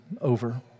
over